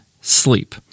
sleep